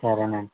సరే అండి